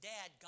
Dad